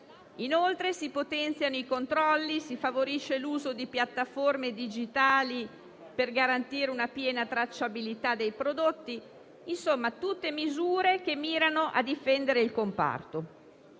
Inoltre, si potenziano i controlli e si favorisce l'uso di piattaforme digitali, per garantire una piena tracciabilità dei prodotti. Sono dunque tutte misure che mirano a difendere il comparto.